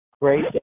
Great